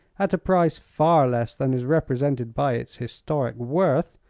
at a price far less than is represented by its historic worth.